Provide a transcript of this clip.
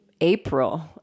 April